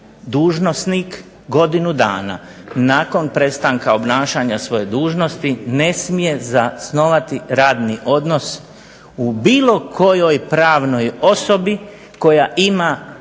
dužnosnik godinu dana nakon prestanka obnašanja svoje dužnosti ne smije zasnovati radni odnos u bilo kojoj pravnoj osobi koja ima